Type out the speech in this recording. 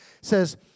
says